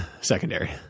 secondary